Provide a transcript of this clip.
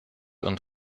und